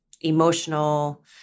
emotional